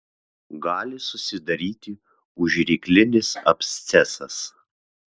gali susidaryti užryklinis abscesas